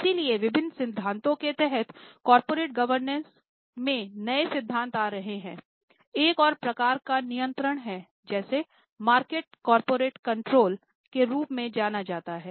इसलिए विभिन्न सिद्धांतों की तरह कॉरपोरेट गवर्नेंस के रूप में जाना जाता है